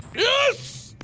yes,